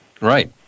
Right